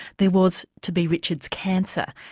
there was to be richard's cancer.